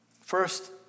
First